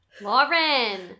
Lauren